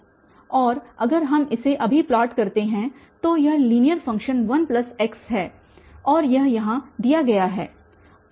और अगर हम इसे अभी प्लॉट करते हैं तो यह लीनियर फ़ंक्शन 1x है और यह यहाँ दिया गया है